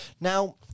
now